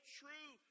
true